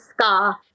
scar